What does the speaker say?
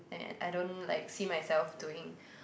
and I don't like see myself doing